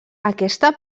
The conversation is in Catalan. aquesta